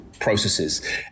processes